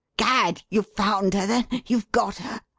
gad! you've found her, then? you've got her?